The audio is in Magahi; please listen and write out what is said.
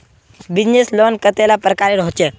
बिजनेस लोन कतेला प्रकारेर होचे?